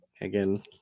again